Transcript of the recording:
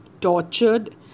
tortured